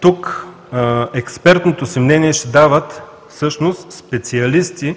тук експертното си мнение ще дават всъщност специалисти